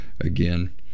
again